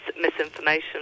misinformation